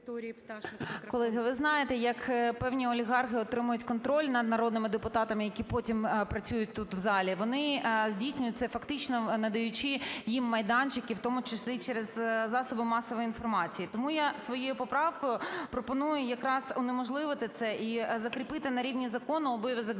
Колеги, ви знаєте, як певні олігархи отримують контроль над народними депутатами, які потім працюють тут, в залі. Вони здійснюють це, фактично надаючи їм майданчики, і в тому числі через засоби масової інформації. Тому я своєю поправкою пропоную якраз унеможливити це і закріпити на рівні закону обов'язок